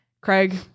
Craig